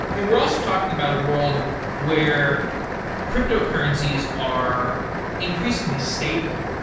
and we're also talking about a world where cryptocurrencies are increasingly stable,